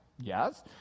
Yes